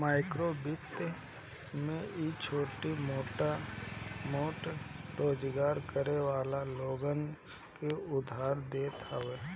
माइक्रोवित्त में इ छोट मोट रोजगार करे वाला लोगन के उधार देत हवे